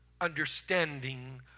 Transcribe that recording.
understanding